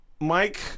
Mike